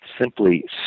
simply